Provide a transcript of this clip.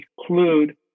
include